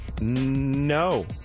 no